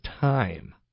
time